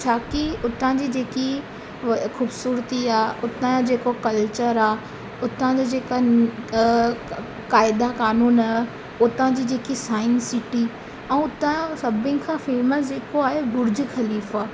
छोकी उतां जी जेकी ख़ूबसूरती आहे उतां जेको कल्चर आहे उतां जा जेका क़ायदा क़ानून आहे उतां जी जेकी साइन सिटी ऐं उतां सभिनि खां फेमस जेको आहे बुर्ज ख़लीफा